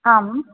आम्